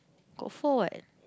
got four what